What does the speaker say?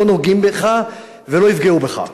לא נוגעים לך ולא יפגעו בך,